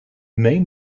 main